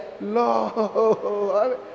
Lord